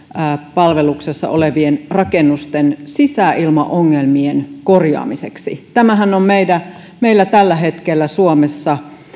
palveluksessa olevien rakennusten sisäilmaongelmien korjaamiseksi tämähän on meillä tällä hetkellä suomessa